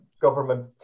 government